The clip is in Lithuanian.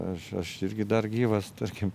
aš aš irgi dar gyvas tarkim